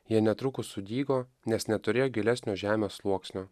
jie netrukus sudygo nes neturėjo gilesnio žemės sluoksnio